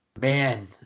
man